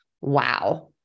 Wow